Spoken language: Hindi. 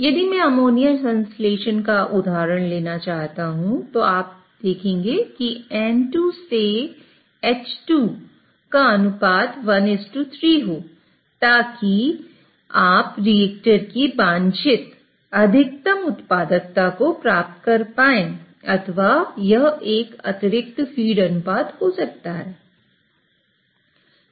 यदि मैं अमोनिया संश्लेषण का उदाहरण लेना चाहता हूं तो आप चाहेंगे कि N2 से H2 का अनुपात 13 हो ताकि आप रिएक्टर की वांछित अधिकतम उत्पादकता को प्राप्त कर पाए अथवा यह एक अतिरिक्त फ़ीड अनुपात हो सकता है